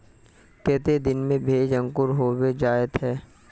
केते दिन में भेज अंकूर होबे जयते है?